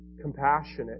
compassionate